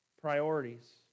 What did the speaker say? priorities